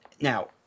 Now